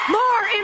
more